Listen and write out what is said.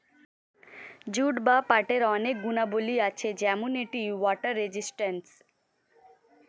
jute বা পাটের অনেক গুণাবলী আছে যেমন এটি ওয়াটার রেজিস্ট্যান্স